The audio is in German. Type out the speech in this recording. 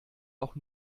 auch